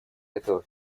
этого